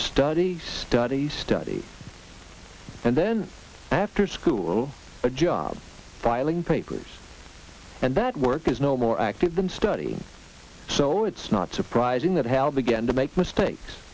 stud study study and then after school a job filing papers and that work is no more active than study so it's not surprising that hal began to make mistakes